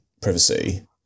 privacy